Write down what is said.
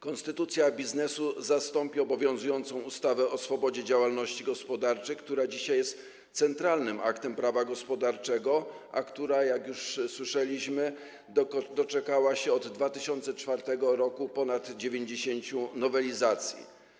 Konstytucja biznesu zastąpi obowiązującą ustawę o swobodzie działalności gospodarczej, która dzisiaj jest centralnym aktem prawa gospodarczego, a która, jak już słyszeliśmy, doczekała się od 2004 r. ponad 90 nowelizacji.